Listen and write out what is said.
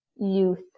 youth